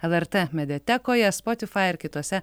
lrt mediatekoje spotify ir kitose